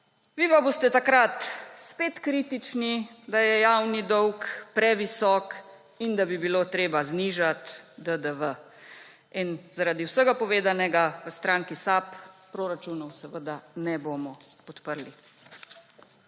Vi pa boste takrat spet kritični, da je javni dolg previsok in da bi bilo treba znižati DDV. Zaradi vsega povedanega v stranki SAB proračunov seveda ne bomo podprli.